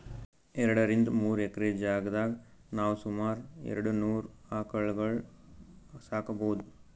ಎರಡರಿಂದ್ ಮೂರ್ ಎಕ್ರೆ ಜಾಗ್ದಾಗ್ ನಾವ್ ಸುಮಾರ್ ಎರಡನೂರ್ ಆಕಳ್ಗೊಳ್ ಸಾಕೋಬಹುದ್